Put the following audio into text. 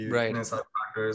Right